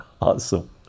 Awesome